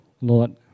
Lord